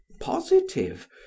positive